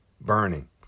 Burning